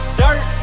dirt